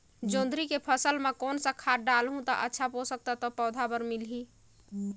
जोंदरी के फसल मां कोन सा खाद डालहु ता अच्छा पोषक तत्व पौध बार मिलही?